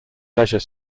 leisure